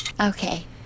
Okay